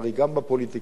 גם בפוליטיקה,